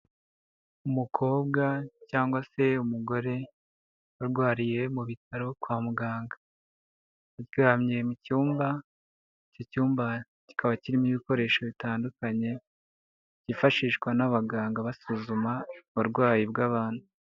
Umukobwa cyangwa se umugore urwariye mu bitaro kwa muganga, aryamye mu cyumba, icyo cyumba kikaba kirimo ibikoresho bitandukanye byifashishwa n'abaganga basuzuma uburwayi bw'abantu.